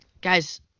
Guys